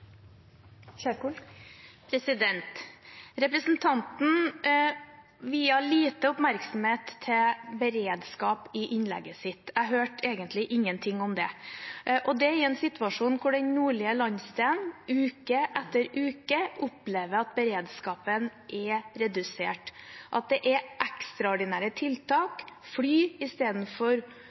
Representanten Bruun-Gundersen viet lite oppmerksomhet til beredskap i innlegget sitt. Jeg hørte egentlig ingenting om det – og det i en situasjon hvor den nordlige landsdelen uke etter uke opplever at beredskapen er redusert, at det er ekstraordinære tiltak – helikopter i stedet for